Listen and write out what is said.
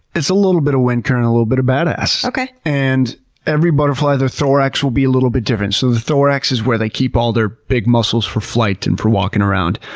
it's a little bit of wind current. a little bit of bad ass. and every butterfly, their thorax will be a little bit different. so the thorax is where they keep all their big muscles for flight and for walking around.